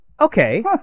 Okay